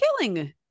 killing